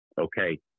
okay